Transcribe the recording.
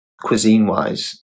cuisine-wise